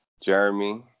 Jeremy